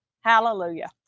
hallelujah